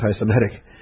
anti-Semitic